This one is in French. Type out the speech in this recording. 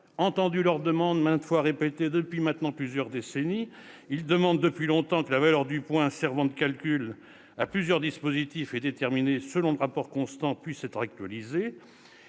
entendu leurs requêtes maintes fois réitérées depuis plusieurs décennies. C'est vrai ! Ils demandent depuis longtemps que la valeur du point servant de calcul à plusieurs dispositifs, et déterminée selon le rapport constant, puisse être actualisée.